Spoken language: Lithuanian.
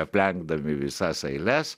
aplenkdami visas eiles